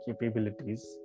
capabilities